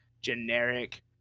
generic